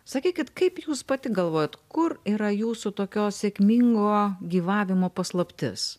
sakykit kaip jūs pati galvojat kur yra jūsų tokio sėkmingo gyvavimo paslaptis